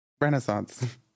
Renaissance